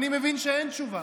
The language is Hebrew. אני מבין שאין תשובה.